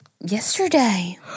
yesterday